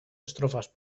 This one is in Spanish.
estrofas